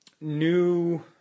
new